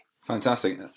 Fantastic